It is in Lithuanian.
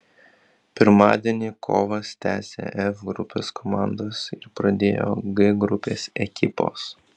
pirmadienį kovas tęsė f grupės komandos ir pradėjo g grupės ekipos